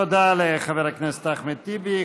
תודה לחבר הכנסת אחמד טיבי.